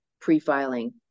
pre-filing